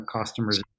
customer's